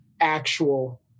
actual